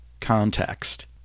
context